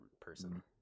person